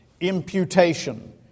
imputation